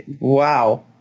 wow